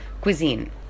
cuisine